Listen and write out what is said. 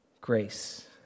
grace